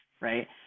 right